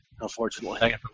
Unfortunately